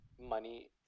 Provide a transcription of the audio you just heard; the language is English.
money